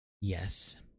Yes